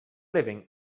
living